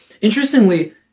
Interestingly